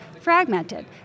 fragmented